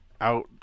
out –